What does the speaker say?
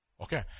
Okay